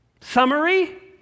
Summary